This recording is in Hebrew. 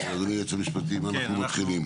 אדוני, היועץ המשפטי, עם מה אנחנו מתחילים?